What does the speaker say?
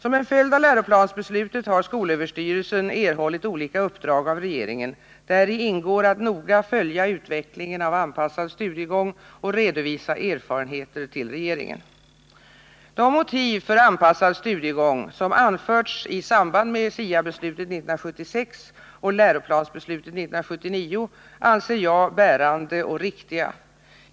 Som en följd av läroplansbeslutet har skolöverstyrelsen erhållit olika uppdrag av regeringen. Däri ingår att noga följa utvecklingen av anpassad studiegång och redovisa erfarenheter till regeringen. De motiv för anpassad studiegång som anförts i samband med SIA beslutet 1976 och läroplansbeslutet 1979 anser jag bärande och riktiga.